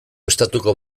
estatuko